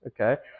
Okay